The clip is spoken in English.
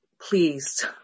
pleased